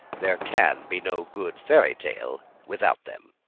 there can be no good fairy tale without them.